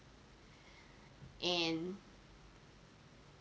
and